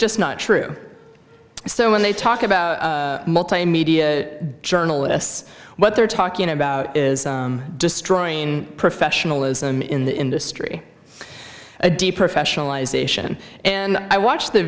just not true so when they talk about multimedia journalists what they're talking about is destroying professionalism in the industry a deep professionalisation and i watch the